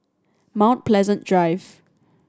Mount Pleasant Drive